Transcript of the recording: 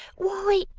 why,